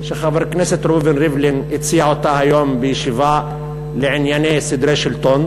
שחבר הכנסת ראובן ריבלין הציע אותה היום בישיבה לענייני סדרי שלטון: